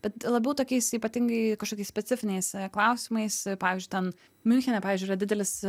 bet labiau tokiais ypatingai kažkokiais specifiniais klausimais pavyzdžiui ten miunchene pavyzdžiui yra didelis